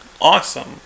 Awesome